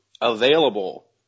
available